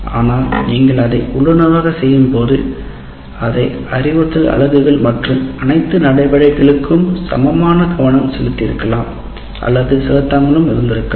ஆனால் நீங்கள் அதை உள்ளுணர்வாகச் செய்யும்போது அனைத்து அறிவுறுத்தல் அலகுகள் மற்றும் அனைத்து நடவடிக்கைகளுக்கும் சமமான கவனம் செலுத்தியிருக்கலாம் அல்லது செலுத்தாமல் இருந்திருக்கலாம்